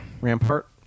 Rampart